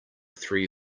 three